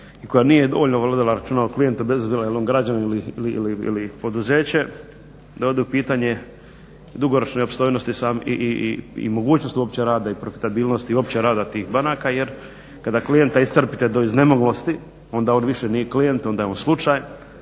i koja nije dovoljno vodila računa o klijentu bez obzira jel' on građanin ili poduzeće, da ode u pitanje i dugoročne opstojnosti i mogućnost uopće rada i profitabilnosti i uopće rada tih banaka. Jer kada klijenta iscrpite do iznemoglosti onda on više nije klijent, onda je on slučaj,